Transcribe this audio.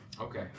Okay